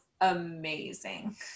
amazing